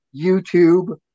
YouTube